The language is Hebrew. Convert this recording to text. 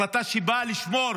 החלטה שבאה לשמור